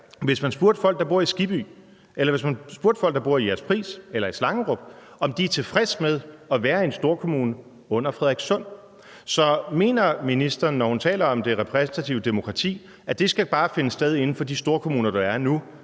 hvis man spurgte folk, der bor i Jægerspris eller i Slangerup, om de er tilfredse med at være i en storkommune under Frederikssund. Så mener ministeren, når hun taler om det repræsentative demokrati, at det bare skal finde sted inden for de storkommuner, der er nu,